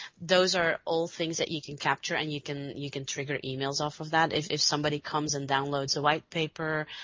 those are old things that you can capture. and you can you can trigger emails off of that. if if somebody comes and downloads a white paper,